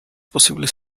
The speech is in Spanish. posibles